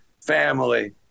family